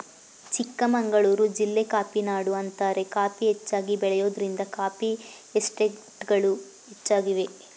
ಚಿಕ್ಕಮಗಳೂರು ಜಿಲ್ಲೆ ಕಾಫಿನಾಡು ಅಂತಾರೆ ಕಾಫಿ ಹೆಚ್ಚಾಗಿ ಬೆಳೆಯೋದ್ರಿಂದ ಕಾಫಿ ಎಸ್ಟೇಟ್ಗಳು ಹೆಚ್ಚಾಗಿವೆ